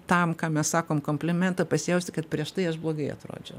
tam kam mes sakom komplimentą pasijausti kad prieš tai aš blogai atrodžiau